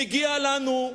מגיע לנו,